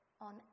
on